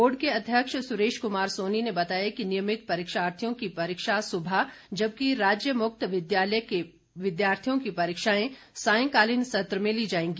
board के अध्यक्ष सुरेश कुमार सोनी ने बताया कि नियमित परीक्षार्थियों की परीक्षा सुबह जबकि राज्य मुक्त विद्यालय के विद्यार्थी की परीक्षा सायंकालीन सत्र में ली जाएगी